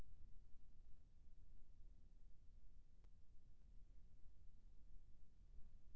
बलुई माटी पर्वतीय म ह हमन आदा के कुछू कछु फसल लगाबो ओकर नाम बताहा?